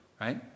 right